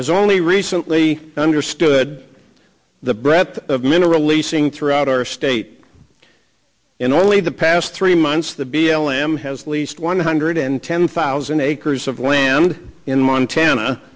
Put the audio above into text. as only recently understood the breadth of mineral leasing throughout our state in only the past three months the b l m has least one hundred and ten thousand acres of land in montana